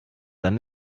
dann